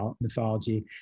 mythology